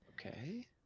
Okay